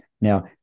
Now